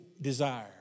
desire